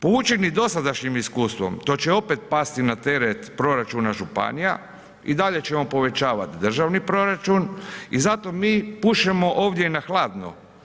Poučeni dosadašnjim iskustvom, to će opet pasti na teret proračuna županija i dalje ćemo povećavati državni proračun i zato mi pušemo ovdje i na hladno.